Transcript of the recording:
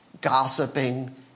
gossiping